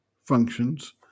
functions